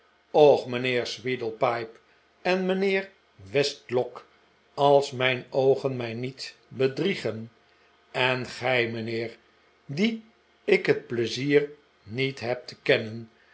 mijnheer sweedlepipe en mijnheer westlbck als mijn oogen mij niet bedriegen en gij mijnheer dien ik het pleizier niet heb te kennen